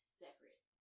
separate